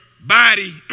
body